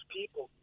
people